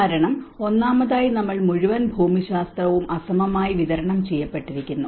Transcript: കാരണം ഒന്നാമതായി നമ്മൾ മുഴുവൻ ഭൂമിശാസ്ത്രവും അസമമായി വിതരണം ചെയ്യപ്പെട്ടിരിക്കുന്നു